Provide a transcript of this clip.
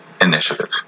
Initiative